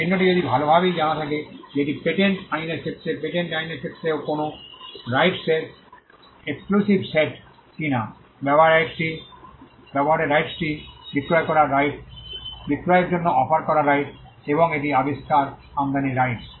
চিহ্নটি যদি ভালভাবেই জানা থাকে যে এটি পেটেন্ট আইনের ক্ষেত্রে পেটেন্ট আইনের ক্ষেত্রে কোনও রাইটস এর এক্সক্লুসিভ সেট কিনা ব্যবহারের রাইটস টি বিক্রয় করার রাইটস বিক্রয়ের জন্য অফার করার রাইটস এবং একটি আবিষ্কার আমদানির রাইটস